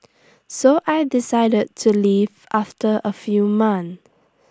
so I decided to leave after A few months